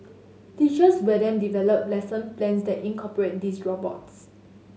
teachers will then develop lesson plans that incorporate these robots